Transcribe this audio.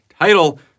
title